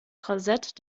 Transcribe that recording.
korsett